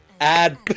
Add